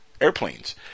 airplanes